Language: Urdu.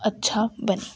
اچھا بنے